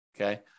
okay